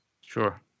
Sure